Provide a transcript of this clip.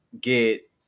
get